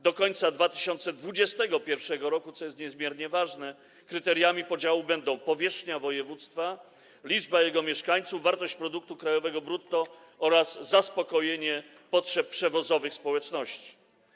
Do końca 2021 r., co jest niezmiernie ważne, kryteriami podziału będą: powierzchnia województwa, liczba jego mieszkańców, wartość produktu krajowego brutto oraz zaspokojenie potrzeb przewozowych społeczności.